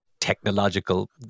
technological